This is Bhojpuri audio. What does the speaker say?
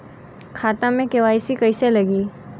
खाता में के.वाइ.सी कइसे लगी?